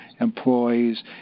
employees